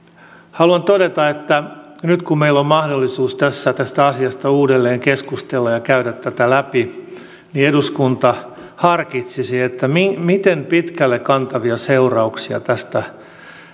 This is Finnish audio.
haluan todeta että nyt kun meillä on mahdollisuus tässä tästä asiasta uudelleen keskustella ja käydä tätä läpi niin eduskunta harkitsisi miten miten pitkälle kantavia seurauksia tästä